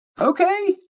Okay